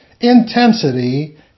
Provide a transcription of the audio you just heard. intensity